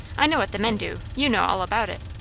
i know what the men do. you know all about it.